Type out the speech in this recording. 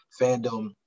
fandom